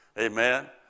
Amen